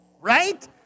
Right